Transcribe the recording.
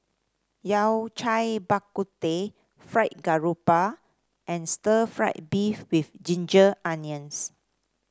Yao Cai Bak Kut Teh Fried Garoupa and Stir Fried Beef with Ginger Onions